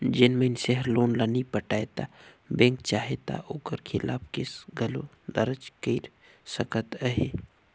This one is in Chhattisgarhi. जेन मइनसे हर लोन ल नी पटाय ता बेंक चाहे ता ओकर खिलाफ केस घलो दरज कइर सकत अहे